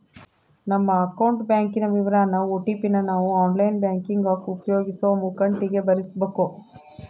ನಮ್ಮ ಅಕೌಂಟ್ ಬ್ಯಾಂಕಿನ ವಿವರಾನ ಓ.ಟಿ.ಪಿ ನ ನಾವು ಆನ್ಲೈನ್ ಬ್ಯಾಂಕಿಂಗ್ ಆಪ್ ಉಪಯೋಗಿಸೋ ಮುಂಕಟಿಗೆ ಭರಿಸಬಕು